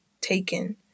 taken